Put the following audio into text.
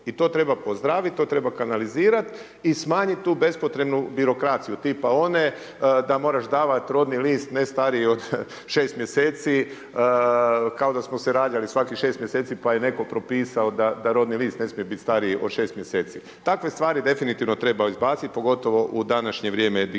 I to treba pozdraviti, to treba kanalizirati i smanjiti tu bespotrebnu birokraciju tipa one da moraš davati rodni list ne stariji od 6mj kao da smo se rađali svakih 6 mjeseci pa je netko propisao da rodni list ne smije biti stariji od 6 mjeseci. Takve stvari definitivno treba izbaciti pogotovo u današnje vrijeme digitalizacije